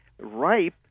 ripe